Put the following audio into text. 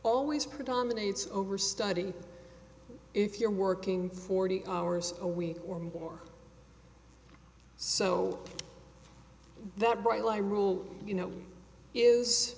always predominates overstudy if you're working forty hours a week or more so that bright line rule you know